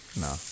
No